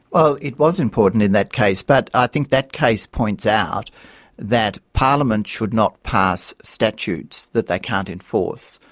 well, it was important in that case, but i think that case points out that parliament should not pass statutes that they can't enforce.